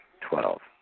Twelve